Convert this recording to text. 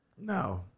No